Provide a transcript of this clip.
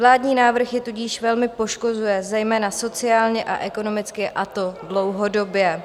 Vládní návrh je tudíž velmi poškozuje zejména sociálně a ekonomicky, a to dlouhodobě.